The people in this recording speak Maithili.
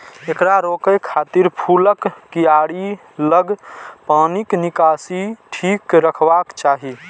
एकरा रोकै खातिर फूलक कियारी लग पानिक निकासी ठीक रखबाक चाही